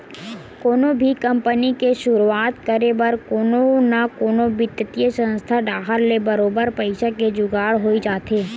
कोनो भी कंपनी के सुरुवात करे बर कोनो न कोनो बित्तीय संस्था डाहर ले बरोबर पइसा के जुगाड़ होई जाथे